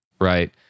right